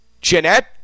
Jeanette